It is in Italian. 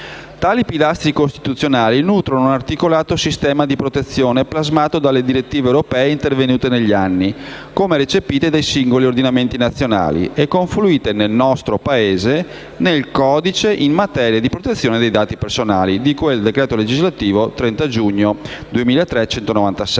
Tali pilastri costituzionali nutrono un articolato sistema di protezione plasmato dalle direttive europee intervenute negli anni, come recepite dai singoli ordinamenti nazionali e confluite nel nostro Paese nel codice in materia di protezione dei dati personali di cui al decreto legislativo 30 giugno 2003,